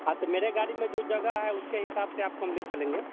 हाँ तो मेरे गाड़ी में जो जगह है उसके हिसाब से आपको हम ले चलेंगे